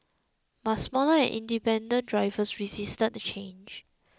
but smaller and independent drivers resisted the change